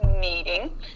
meeting